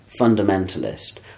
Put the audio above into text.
fundamentalist